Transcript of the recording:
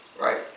Right